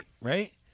right